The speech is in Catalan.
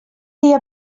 dia